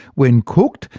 when cooked,